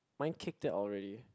my kick that all really